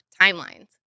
timelines